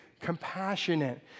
compassionate